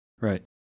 Right